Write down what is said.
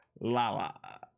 lala